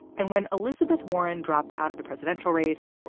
and when elizabeth warren dropped out of the presidential race,